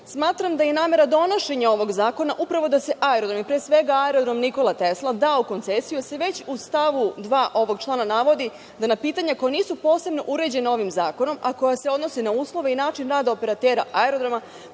da je namera donošenja ovog zakona upravo da se aerodromi, pre svega Aerodrom „Nikola Tesla“ da u koncesiju, jer se već u stavu 2. ovog člana navodi da na pitanja koja nisu posebno uređena ovim zakonom, a koja se odnose na uslove i način rada operatera aerodroma,